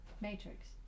Matrix